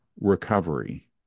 recovery